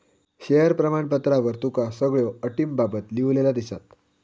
share प्रमाणपत्रावर तुका सगळ्यो अटींबाबत लिव्हलेला दिसात